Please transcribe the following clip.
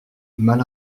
mal